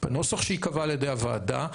הנוסח שייקבע על ידי הוועדה.